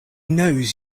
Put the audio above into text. knows